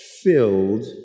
filled